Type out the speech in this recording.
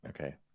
okay